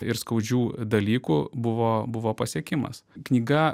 ir skaudžių dalykų buvo buvo pasiekimas knyga